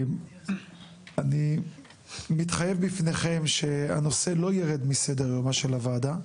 אני מתחייב בפניכם שהנושא לא ירד מסדר יומה של הוועדה.